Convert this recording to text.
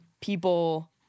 people